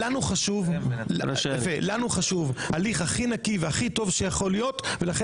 לנו חשוב הליך הכי נקי והכי טוב שיכול להיות ולכן